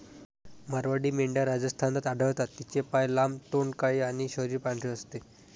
मारवाडी मेंढ्या राजस्थानात आढळतात, तिचे पाय लांब, तोंड काळे आणि शरीर पांढरे असते